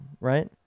right